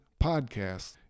podcasts